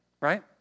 Right